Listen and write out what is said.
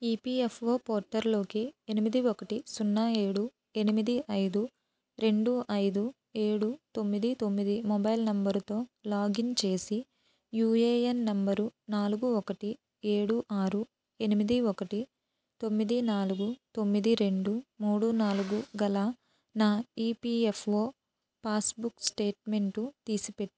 EPFO పోర్టల్లోకి ఎనిమిది ఒకటి సున్నా ఏడు ఎనిమిది ఐదు రెండు ఐదు ఏడు తొమ్మిది తొమ్మిది మొబైల్ నెంబర్తో లాగిన్ చేసి యూఏఎన్ నెంబరు నాలుగు ఒకటి ఏడు ఆరు ఎనిమిది ఒకటి తొమ్మిది నాలుగు తొమ్మిది రెండు మూడు నాలుగు గల నా ఈపీఎఫ్ఓ పాస్బుక్ స్టేట్మెంటు తీసిపెట్టు